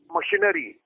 Machinery